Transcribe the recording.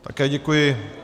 Také děkuji.